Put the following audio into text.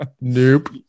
Nope